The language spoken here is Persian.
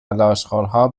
لاشخورها